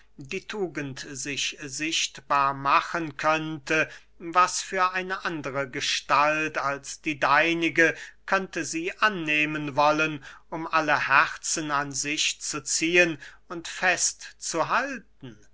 die tugend sich sichtbar machen könnte was für eine andere gestalt als die deinige könnte sie annehmen wollen um alle herzen an sich zu ziehen und fest